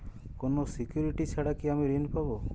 কোনো সিকুরিটি ছাড়া কি আমি ঋণ পাবো?